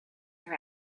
her